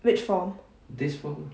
which form